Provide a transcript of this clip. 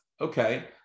Okay